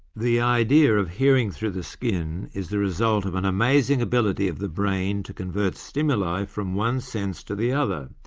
the idea of hearing through the skin is the result of an amazing ability of the brain to convert stimuli from one sense to the other.